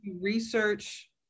research